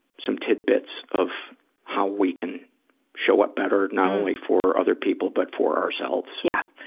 some tidbits of how we can show up better, not only for other people, but for ourselves. yeah.